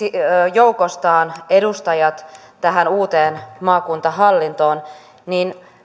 joukostaan edustajat tähän uuteen maakuntahallintoon niin